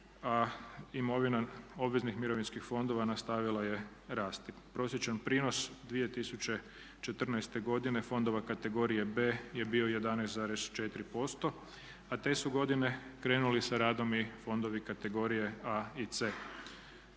a imovina obveznih mirovinskih fondova nastavila je rasti. Prosječan prinos 2014. godine fondova kategorije B je bio 11,4% a te su godine krenuli sa radom i fondovi kategorije A i C.